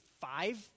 five